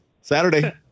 Saturday